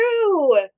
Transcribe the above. true